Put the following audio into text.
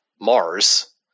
Mars –